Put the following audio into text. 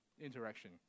interaction